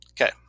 Okay